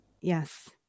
Yes